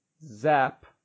Zap